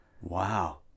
Wow